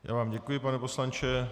Já vám děkuji, pane poslanče.